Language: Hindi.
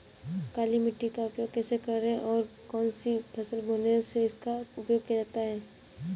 काली मिट्टी का उपयोग कैसे करें और कौन सी फसल बोने में इसका उपयोग किया जाता है?